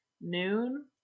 noon